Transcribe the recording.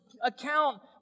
account